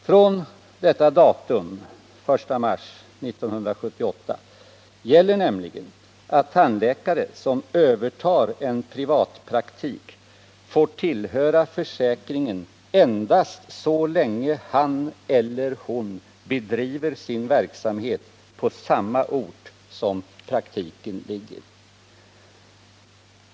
Från detta datum gäller nämligen att tandläkare som övertar en privatpraktik får tillhöra försäkringen endast så länge han eller hon har sin huvudsakliga verksamhet på samma ort som praktiken ligger.